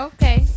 Okay